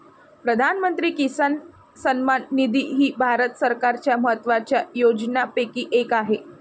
प्रधानमंत्री किसान सन्मान निधी ही भारत सरकारच्या महत्वाच्या योजनांपैकी एक आहे